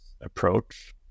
approach